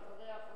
ואחריה,